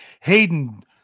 Hayden